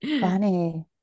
funny